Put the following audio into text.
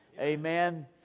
Amen